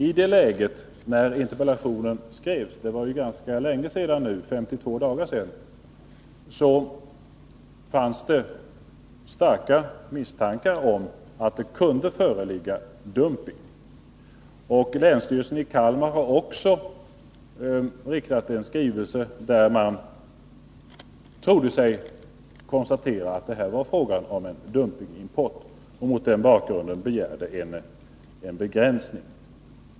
I det läge då interpellationen skrevs — det var nu ganska länge sedan, 52 dagar — fanns det starka misstankar om att det kunde föreligga dumping. Länsstyrelsen i Kalmar län har också i en skrivelse trott sig kunna konstatera att det var fråga om en dumpingimport och mot den bakgrunden begärt en begränsning.